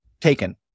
taken